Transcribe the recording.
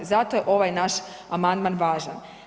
Zato je ovaj naš amandman važan.